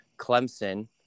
Clemson